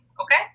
okay